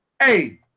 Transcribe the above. hey